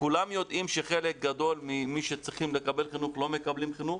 כולם יודעים שחלק גדול ממי שצריכים לקבל חינוך לא מקבלים חינוך